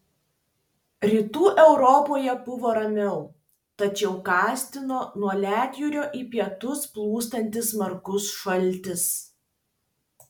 rytų europoje buvo ramiau tačiau gąsdino nuo ledjūrio į pietus plūstantis smarkus šaltis